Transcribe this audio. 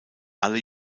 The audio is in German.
alle